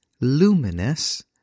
luminous